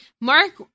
Mark